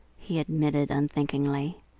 he admitted unthinkingly.